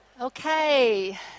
okay